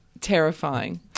terrifying